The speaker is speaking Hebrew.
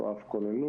או שום כוננות,